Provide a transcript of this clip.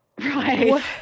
Right